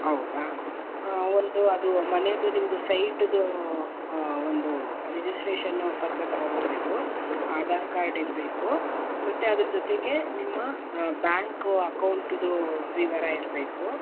ಹೌದ ಒಂದು ಅದು ಮನೇದು ನಿಮ್ಮದು ಸೈಟ್ದು ಒಂದು ರಿಜಿಸ್ಟ್ರೇಷನ್ನು ಪತ್ರ ತೊಗೊಬರ್ಬೇಕು ಆಧಾರ್ ಕಾರ್ಡ್ ಇರಬೇಕು ಮತ್ತು ಅದ್ರ ಜೊತೆಗೆ ನಿಮ್ಮ ಬ್ಯಾಂಕು ಅಕೌಂಟ್ದು ವಿವರ ಇರಬೇಕು